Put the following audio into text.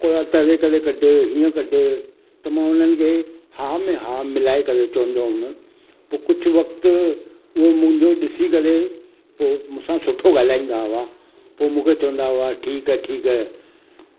कोरा तरे करे कढि हीअं कढि त मां हुननि खे हा में हा मिलाए करे चवंदो हुअमि पोइ कुझु वक़्तु हू मुंहिंजो ॾिसी करे पोइ मूंसां सुठो ॻाल्हाईंदा हुआ पोइ मूंखे चवंदा हुआ ठीकु आहे ठीकु आहे